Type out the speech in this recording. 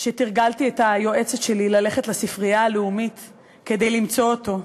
שתרגלתי את היועצת שלי ללכת לספרייה הלאומית כדי למצוא אותו,